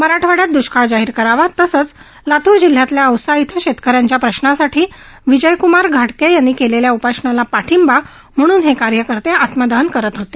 मराठवाड्यात दुष्काळ जाहीर करावा तसंच लातूर जिल्ह्यातल्या औसा इथं शेतकऱ्यांच्या प्रशांसाठी विजयकुमार घाडगे यांनी सुरू केलेल्या उपोषणाला पाठिंबा म्हणून हे कार्यकर्ते आत्मदहन करत होते